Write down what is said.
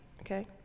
okay